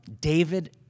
David